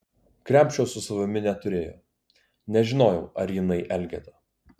krepšio su savimi neturėjo nežinojau ar jinai elgeta